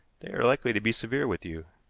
they are likely to be severe with you.